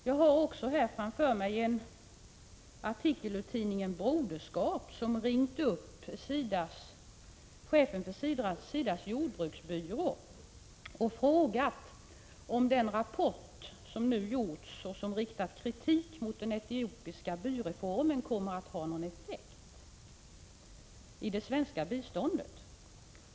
Jag har framför mig en artikel ur tidningen Broderskap. Man har ringt upp chefen för SIDA:s lantbruksbyrå och frågat om den rapport som utarbetats och där det riktas kritik mot den etiopiska byreformen kommer att ha någon effekt på det svenska biståndet.